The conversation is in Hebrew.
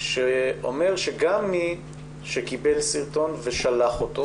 שאומר גם מי שקיבל סרטון ושלח אותו,